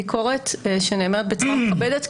ביקורת שנאמרת בצורה מכבדת,